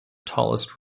tallest